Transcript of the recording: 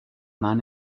man